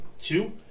two